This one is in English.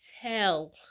tell